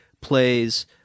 plays